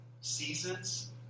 seasons